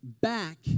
back